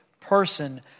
person